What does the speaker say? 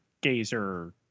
gazer